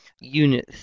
Unit